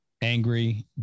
angry